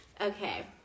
Okay